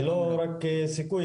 זה לא רק "סיכוי",